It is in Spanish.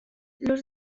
los